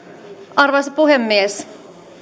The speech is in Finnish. arvoisa puhemies